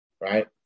right